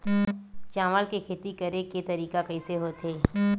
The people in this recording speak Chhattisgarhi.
चावल के खेती करेके तरीका कइसे होथे?